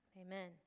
Amen